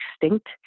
extinct